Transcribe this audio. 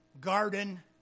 garden